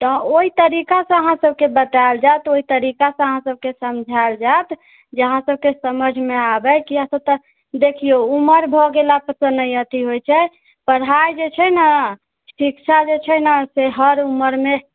तऽ ओहि तरिकासँ अहाँ सबके बताएल जाइत ओहि तरिकासँ अहाँ सबके समझाएल जाइत जे अहाँ सबके समझमे आबै कि अहाँ सभ तऽ देखिऔ उमर भऽ गेलासँ तऽ नहि अथी होइ छै पढ़ाइ जे छै ने शिक्षा जे छै ने से हर उमरमे